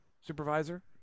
supervisor